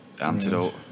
Antidote